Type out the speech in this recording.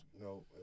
No